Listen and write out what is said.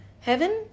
Heaven